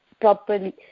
properly